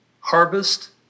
harvest